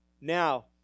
Now